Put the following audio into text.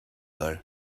though